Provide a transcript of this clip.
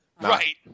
Right